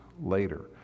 later